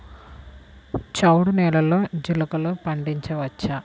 చవుడు నేలలో జీలగలు పండించవచ్చా?